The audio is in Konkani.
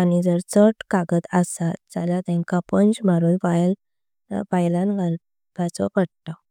आनी जर चडाड कागद असात। जाल्या तेंका पंच मारून फाइलं घालपी।